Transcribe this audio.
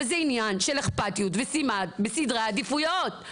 אבל זה עניין של אכפתיות וסדרי עדיפויות.